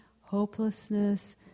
hopelessness